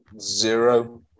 zero